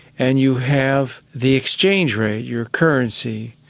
and you have the exchange rate, your currency.